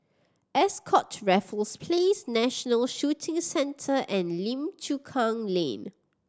Ascott Raffles Place National Shooting Centre and Lim Chu Kang Lane